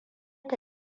ta